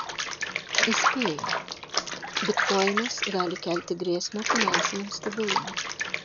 įspėja bitkoinas gali kelti grėsmę finansiniam stabilumui